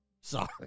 Sorry